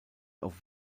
auf